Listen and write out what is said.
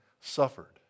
suffered